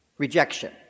Rejection